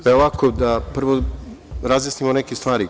Da prvo razjasnimo neke stvari.